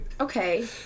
Okay